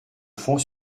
fond